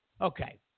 Okay